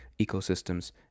ecosystems